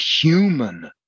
human